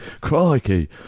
Crikey